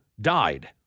died